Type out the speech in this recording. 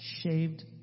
shaved